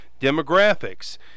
demographics